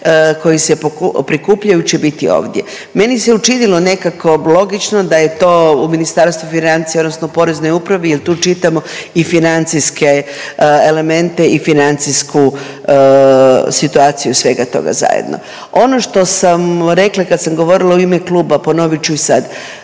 koji se prikupljaju će biti ovdje. Meni se učinilo nekako logično da je to u Ministarstvu financija, odnosno Poreznoj upravi, jer tu čitamo i financijske elemente i financijsku situaciju svega toga zajedno. Ono što sam rekla kad sam govorila u ime kluba, ponovit ću i sad